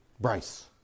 Bryce